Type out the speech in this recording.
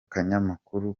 kanyamakuru